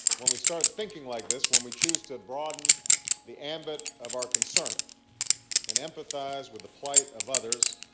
when we start thinking like this, when we choose to broaden the ambit of our concern and empathise with the plight of others,